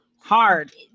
hard